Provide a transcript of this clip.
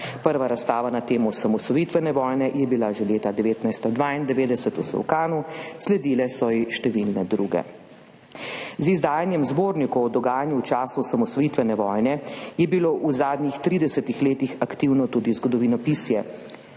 Prva razstava na temo osamosvojitvene vojne je bila že leta 1992 v Solkanu, sledile so ji številne druge. Z izdajanjem zbornikov o dogajanju v času osamosvojitvene vojne je bilo v zadnjih 30 letih aktivno tudi zgodovinopisje.